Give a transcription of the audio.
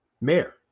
mayor